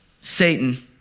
Satan